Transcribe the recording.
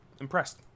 impressed